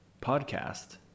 podcast